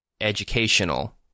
educational